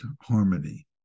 harmony